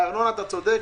הארנונה אתה צודק.